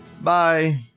Bye